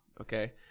Okay